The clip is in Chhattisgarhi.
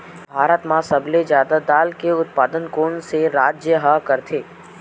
भारत मा सबले जादा दाल के उत्पादन कोन से राज्य हा करथे?